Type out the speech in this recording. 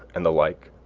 and the like.